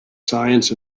science